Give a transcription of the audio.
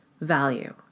value